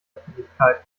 öffentlichkeit